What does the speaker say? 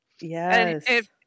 Yes